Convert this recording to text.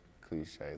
cliche